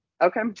Okay